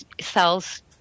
cells